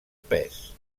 pes